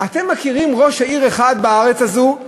אתם מכירים ראש עיר אחד בארץ הזאת,